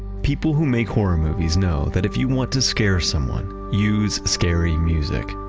people who make horror movies know that if you want to scare someone, use scary music,